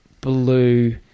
blue